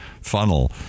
funnel